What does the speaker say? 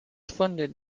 funded